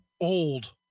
old